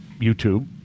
YouTube